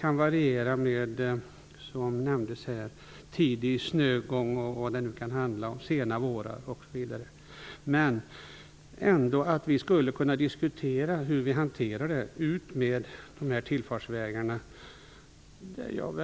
Den kan, som nämndes här, variera med tidig snögång, sena vårar och sådant, men vi kanske ändå skulle kunna diskutera hur vi skall hantera det här utmed tillfartsvägarna. Jag